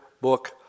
book